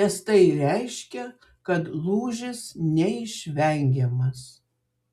nes tai reiškia kad lūžis neišvengiamas